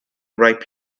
ripe